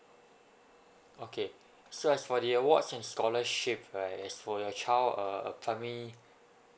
okay so as for the awards and scholarship right as for your child uh primary